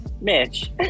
Mitch